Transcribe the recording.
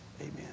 Amen